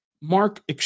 Mark